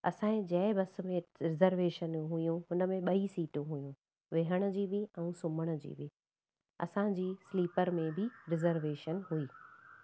असांजी जंहिं बस में रिज़रवेशन हुयो हुनमें ॿई सीटूं हुइयूं वेहण जी बि ऐं सुम्हण जी बि असांजी स्लीपर में बि रिज़रवेशन हुई